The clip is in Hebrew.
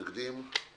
פה אחד אושר.